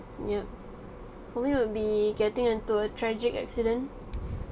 ya for me would be getting into a tragic accident